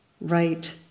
right